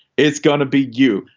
it's gonna be you.